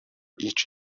each